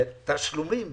התשלומים.